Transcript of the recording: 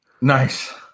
Nice